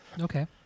Okay